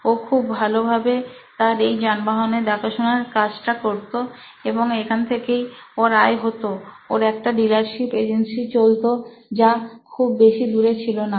ও খুব ভালোভাবে তার এই যানবাহনের দেখাশোনার কাজটা করতো এবং এখান থেকেই ওর আয় হতো ওর একটা ডিলারশিপ এজেন্সি চলতো যা খুব বেশী দুরে ছিল না